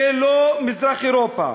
זה לא מזרח אירופה,